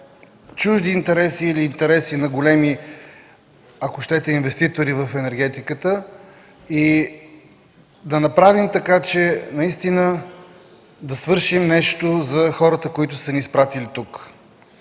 чужди интереси или интереси, ако щете, на големи инвеститори в енергетиката и да направим така, че наистина да свършим нещо за хората, които са ни изпратили тук.